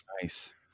Nice